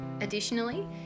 additionally